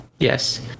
Yes